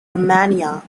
romania